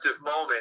moment